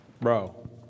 bro